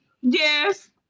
Yes